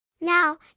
Now